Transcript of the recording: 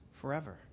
forever